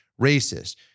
racist